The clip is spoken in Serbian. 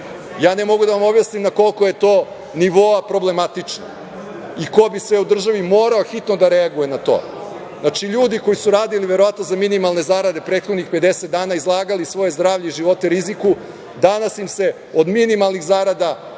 Ja ne mogu da vam objasnim na koliko je to nivoa problematično i ko bi sve u državi morao hitno da reaguje na to. Znači, ljudi koji su radili verovatno za minimalne zarade prethodnih 50 dana, izlagali svoje zdravlje i živote riziku, danas im se od minimalnih zarada,